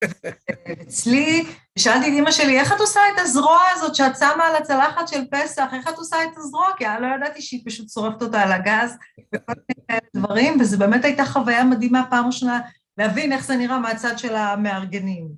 אצלי, שאלתי את אימא שלי, איך את עושה את הזרוע הזאת שאת שמה על הצלחת של פסח? איך את עושה את הזרוע? כי אני לא ידעתי שהיא פשוט שורפת אותה על הגז וכל מיני דברים, וזו באמת הייתה חוויה מדהימה פעם ראשונה להבין איך זה נראה מהצד של המארגנים.